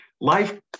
life